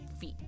feet